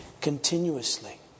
continuously